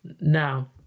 now